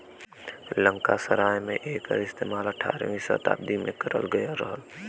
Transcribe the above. Lancashire में एकर इस्तेमाल अठारहवीं सताब्दी में करल गयल रहल